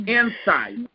insight